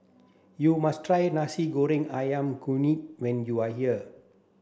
you must try Nasi Goreng Ayam Kunyit when you are here